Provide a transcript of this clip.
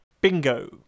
Bingo